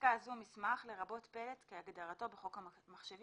בפסקה זו "מסמך" לרבות פלט כהגדרתו בחוק המחשבים,